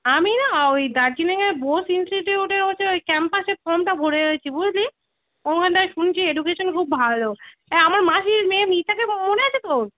আমি না ওই দার্জিলিংয়ে বোস ইনস্টিটিউটে ওটায় হচ্ছে ওই ক্যাম্পাসের ফর্মটা ভরে রয়েছি বুঝলি ওখানটায় শুনছি এডুকেশন খুব ভালো এ আমার মাসির মেয়ে মিতাকে মনে আছে তোর